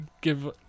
give